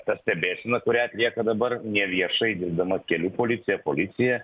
ta stebėsena kurią atlieka dabar neviešai dirbdama kelių policija policija